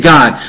God